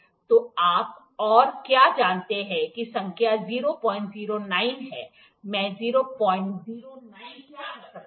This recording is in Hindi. तो आप और क्या जानते हैं कि संख्या 009 है मैं 009 क्या कर सकता हूँ